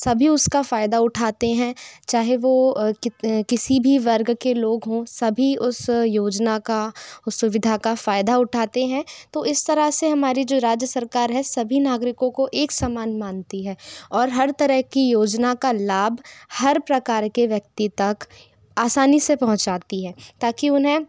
सभी उसका फायदा उठाते है चाहे वो की भी वर्ग के लोग हो सभी उस योजना का सुविधा का फायदा उठाते है तो इस तरह से हमारे जो राज्य सरकार है सभी नागरिकों को एक समान मानती है और हर तरह की योजना का लाभ हर प्रकार के व्यक्ति तक आसानी से पहुँचती है ताकि